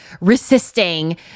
resisting